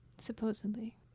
supposedly